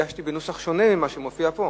הגשתי בנוסח שונה ממה שמופיע פה.